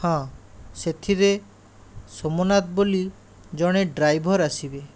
ହଁ ସେଥିରେ ସୋମନାଥ ବୋଲି ଜଣେ ଡ୍ରାଇଭର ଆସିବେ